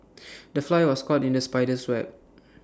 the fly was caught in the spider's web